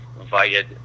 invited